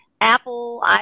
Apple